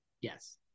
yes